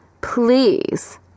Please